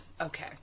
okay